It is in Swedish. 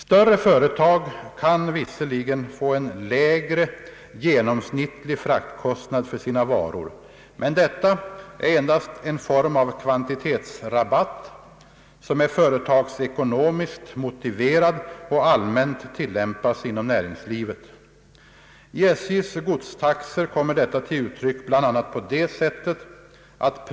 Större företag kan visserligen få en lägre genomsnittlig fraktkostnad för sina varor, men detta är endast en form av kvantitetsrabatt, som är företagsekonomiskt motiverad och allmänt tillämpas inom nä . ringslivet.